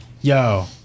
Yo